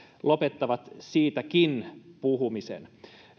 lopettavat siitäkin puhumisen